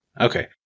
Okay